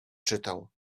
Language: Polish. czytał